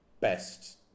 best